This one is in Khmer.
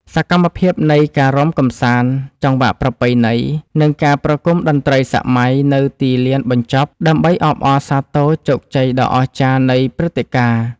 សកម្មភាពនៃការរាំកម្សាន្តចង្វាក់ប្រពៃណី និងការប្រគំតន្ត្រីសម័យនៅទីលានបញ្ចប់ ដើម្បីអបអរសាទរជោគជ័យដ៏អស្ចារ្យនៃព្រឹត្តិការណ៍។